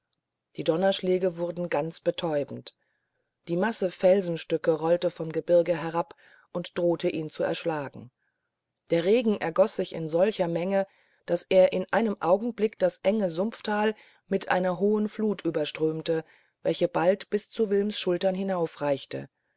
die donnerschläge wurden ganz betäubend eine masse felsenstücke rollte vom gebirge herab und drohte ihn zu erschlagen der regen ergoß sich in solcher menge daß er in einem augenblick das enge sumpftal mit einer hohen flut überströmte welche bald bis zu wilms schultern